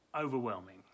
overwhelming